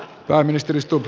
pääministeri stubb